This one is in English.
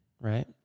right